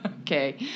Okay